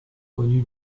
connu